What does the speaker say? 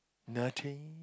nothing